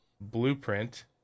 Blueprint